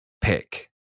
pick